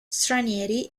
stranieri